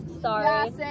sorry